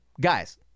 guys